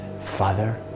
Father